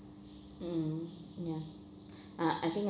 mm ya uh I think I~